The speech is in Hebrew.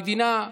במדינה.